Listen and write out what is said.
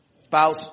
spouse